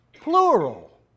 plural